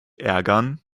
ärgern